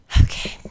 Okay